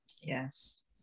yes